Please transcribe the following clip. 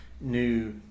new